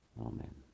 Amen